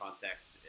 context